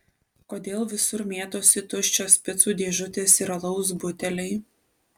kodėl visur mėtosi tuščios picų dėžutės ir alaus buteliai